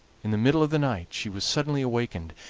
in the middle of the night she was suddenly awakened,